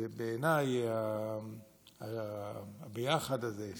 בעיניי הביחד הזה,